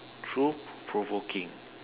through provoking